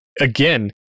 again